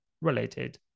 related